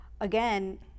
again